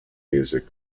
music